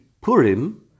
Purim